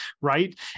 right